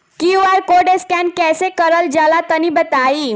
QR code scan कैसे क़रल जला तनि बताई?